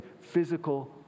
physical